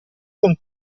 con